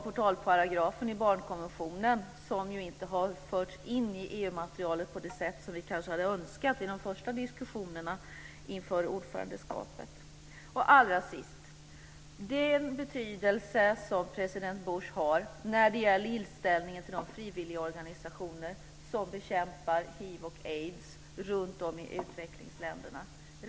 Portalparagrafen i barnkonventionen har inte förts in i EU-materialet på det sätt som vi önskat i de första diskussionerna inför ordförandeskapet. Allra sist vill jag peka på den betydelse som president Bush har när det gäller inställningen till de frivilligorganisationer som bekämpar hiv och aids runtom i utvecklingsländerna.